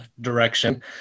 direction